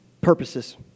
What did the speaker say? purposes